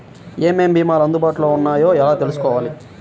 ఏమేమి భీమాలు అందుబాటులో వున్నాయో ఎలా తెలుసుకోవాలి?